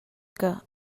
que